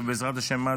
ובעזרת השם,